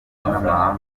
n’amahanga